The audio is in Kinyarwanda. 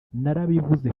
narabivuze